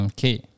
Okay